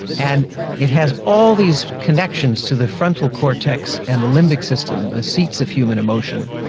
and it has all these connections to the frontal cortex and the limbic system, the seats of human emotion,